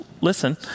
listen